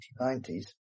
1990s